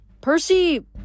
percy